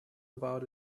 about